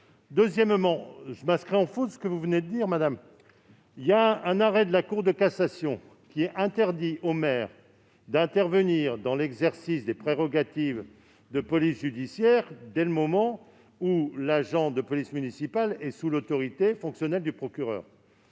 Deuxièmement, je m'inscris en faux contre vos propos, madame Taillé-Polian. Un arrêt de la Cour de cassation interdit aux maires d'intervenir dans l'exercice des prérogatives de police judiciaire dès lors que l'agent de police municipale est sous l'autorité fonctionnelle du procureur.